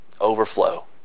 overflow